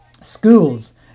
schools